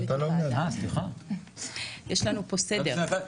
לא, יש לנו פה סדר.